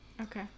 okay